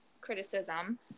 criticism